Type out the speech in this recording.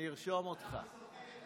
אני ארשום אותך.